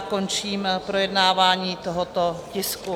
Končím projednávání tohoto tisku.